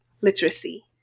literacy